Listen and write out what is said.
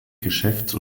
geschäfts